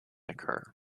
occur